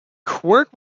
quirk